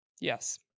Yes